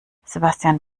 sebastian